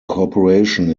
corporation